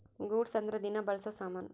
goods ಅಂದ್ರ ದಿನ ಬಳ್ಸೊ ಸಾಮನ್ ಅಂತ